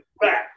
back